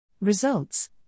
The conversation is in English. Results